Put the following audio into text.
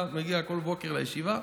היה מגיע בכל בוקר לישיבה,